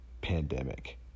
pandemic